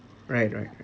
right right right